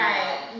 Right